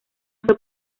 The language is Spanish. fue